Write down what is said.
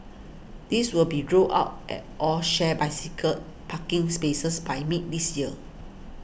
these will be rolled out at all shared bicycle parking spaces by mid this year